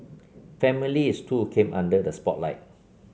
families too came under the spotlight